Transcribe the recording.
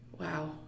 Wow